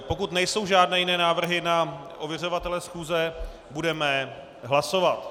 Pokud nejsou žádné jiné návrhy na ověřovatele schůze, budeme hlasovat.